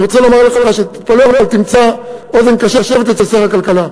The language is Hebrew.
אני רוצה לומר לך שאתה לא רק תמצא אוזן קשבת אצל שר הכלכלה,